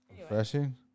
refreshing